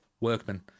workmen